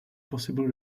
possible